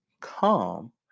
Come